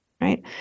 right